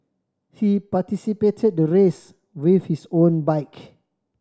he participated the race with his own bike